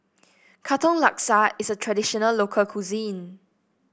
Katong Laksa is a traditional local cuisine